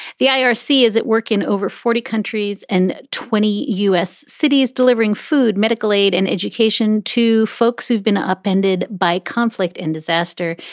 the i r s. is at work in over forty countries and twenty us cities delivering food, medical aid and education to folks who've been upended by conflict and disaster.